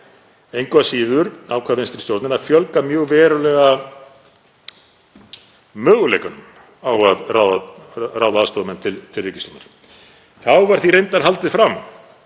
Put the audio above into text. Engu að síður ákvað vinstri stjórnin að fjölga mjög verulega möguleikum á að ráða aðstoðarmenn til ríkisstjórnar. Þá var því reyndar haldið fram